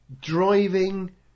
driving